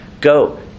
Go